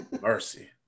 Mercy